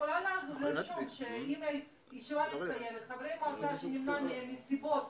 אפשר לומר שחברי מועצה שנמנע מהם מסיבות